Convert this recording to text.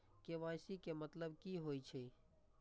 KYC के मतलब की होई छै?